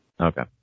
Okay